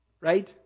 right